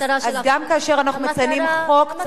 אז גם כאשר אנחנו מציינים חוק צריך לשמור,